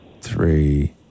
three